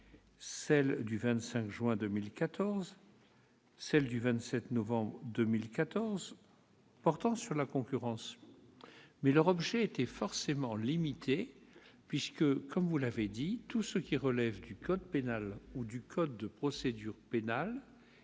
celle du 25 juin 2014 et celle du 27 novembre 2014 -portant sur la concurrence ont été adoptées, mais leur objet était forcément limité puisque, comme vous l'avez dit, tout ce qui relève du code pénal ou du code de procédure pénale